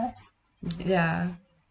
ya